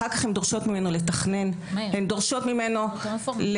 אחר כך הן דורשות ממנו לתכנן: הן דורשות ממנו לארגן